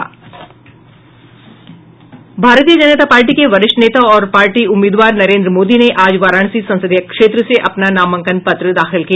भारतीय जनता पार्टी के वरिष्ठ नेता और पार्टी उम्मीदवार नरेन्द्र मोदी ने आज वाराणसी संसदीय क्षेत्र से अपना नामांकन पत्र दाखिल किया